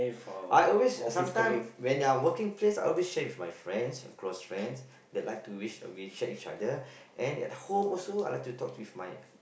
I always sometime when I working place I always share with my friends my close friends they like to wish we share each other and at home also I like to talk with my